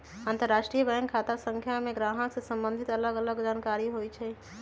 अंतरराष्ट्रीय बैंक खता संख्या में गाहक से सम्बंधित अलग अलग जानकारि होइ छइ